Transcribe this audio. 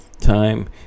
time